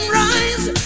rise